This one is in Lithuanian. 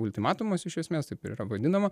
ultimatumas iš esmės taip ir yra vadinama